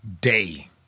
day